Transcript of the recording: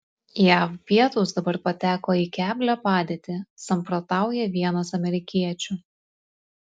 jav pietūs dabar pateko į keblią padėtį samprotauja vienas amerikiečių